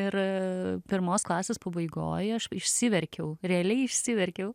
ir pirmos klasės pabaigoj aš išsiverkiau realiai išsiverkiau